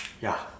ya